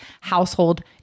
household